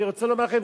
אני רוצה לומר לכם,